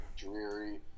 Dreary